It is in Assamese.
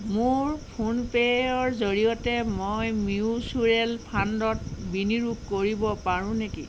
মোৰ ফোনপে'য়ৰ জৰিয়তে মই মিউচুৱেল ফাণ্ডত বিনিয়োগ কৰিব পাৰোঁ নেকি